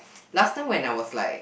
last time when I was like